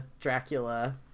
Dracula